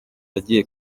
agiye